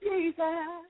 Jesus